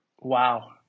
wow